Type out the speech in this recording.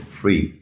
free